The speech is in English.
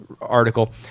article